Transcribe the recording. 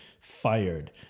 fired